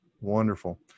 wonderful